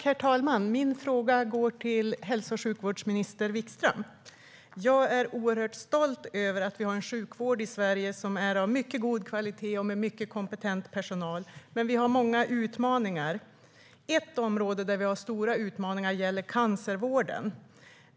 Herr talman! Min fråga går till folkhälso och sjukvårdsminister Wikström. Jag är oerhört stolt över att vi i Sverige har en sjukvård av god kvalitet och med mycket kompetent personal. Men vi har många utmaningar. Ett område där vi har stora utmaningar är cancervården.